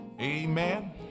Amen